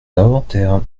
l’inventaire